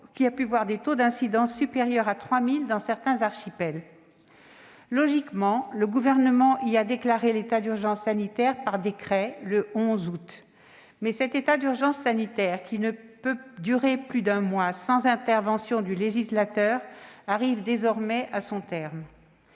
épidémique : les taux d'incidence sont supérieurs à 3 000 dans certains archipels. Logiquement, le Gouvernement y a déclaré l'état d'urgence sanitaire par décret le 11 août. Mais cet état d'urgence sanitaire, qui ne peut durer plus d'un mois sans intervention du législateur, arrive désormais à son terme.